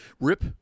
Rip